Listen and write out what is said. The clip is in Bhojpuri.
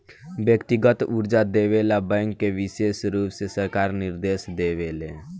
व्यक्तिगत कर्जा देवे ला बैंक के विशेष रुप से सरकार निर्देश देवे ले